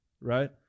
right